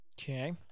Okay